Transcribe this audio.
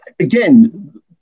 again